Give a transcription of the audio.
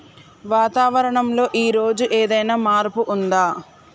వాతావరణం లో ఈ రోజు ఏదైనా మార్పు ఉందా?